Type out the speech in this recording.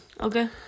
Okay